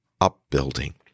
upbuilding